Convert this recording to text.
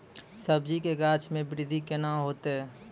सब्जी के गाछ मे बृद्धि कैना होतै?